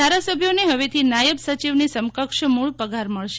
ધારાસભ્યોને હવેથી નાયબ સચિવની સમકક્ષ મૂળ પગાર મળશે